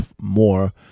more